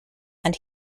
and